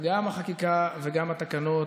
גם החקיקה וגם התקנות,